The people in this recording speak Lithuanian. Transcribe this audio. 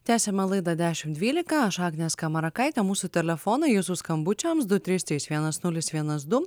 tęsiame laidą dešimt dvylika aš agnė skamarakaitė mūsų telefonai jūsų skambučiams du trys trys vienas nulis vienas du